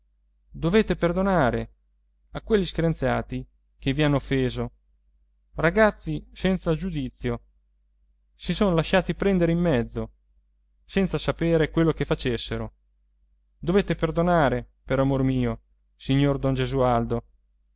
dovete perdonare a quegli screanzati che vi hanno offeso ragazzi senza giudizio si son lasciati prendere in mezzo senza sapere quello che facessero dovete perdonare per amor mio signor don gesualdo